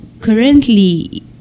currently